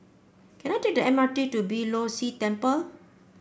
can I take the M R T to Beeh Low See Temple